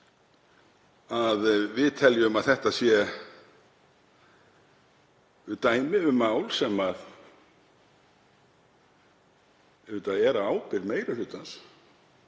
áðan, teljum að þetta sé dæmi um mál sem er á ábyrgð meiri hlutans.